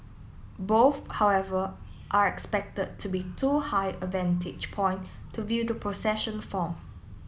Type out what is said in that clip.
both however are expected to be too high a vantage point to view the procession form